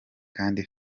kandi